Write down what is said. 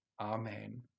Amen